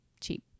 cheap